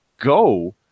go